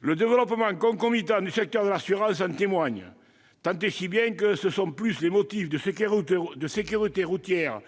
Le développement concomitant du secteur de l'assurance en témoigne. Tant et si bien que ce sont plus les motifs de sécurité routière